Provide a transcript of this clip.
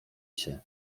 się